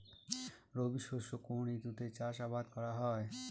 রবি শস্য কোন ঋতুতে চাষাবাদ করা হয়?